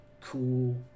cool